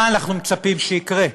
מה אנחנו מצפים שיקרה?